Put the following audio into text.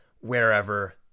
wherever